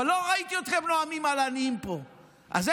אבל לא ראיתי אתכם נואמים פה על עניים,